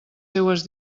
seues